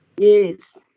Yes